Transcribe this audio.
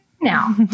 now